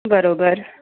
बरोबर